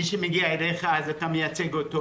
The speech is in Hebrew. מי שמגיע אליך אתה מייצג אותו,